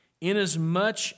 Inasmuch